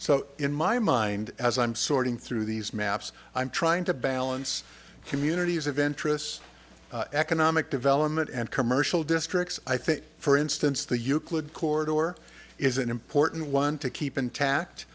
so in my mind as i'm sorting through these maps i'm trying to balance communities of interests economic development and commercial districts i think for instance the euclid corridor is an important one to keep intact